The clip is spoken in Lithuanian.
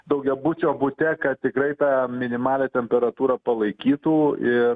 daugiabučio bute kad tikrai tą minimalią temperatūrą palaikytų ir